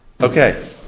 Okay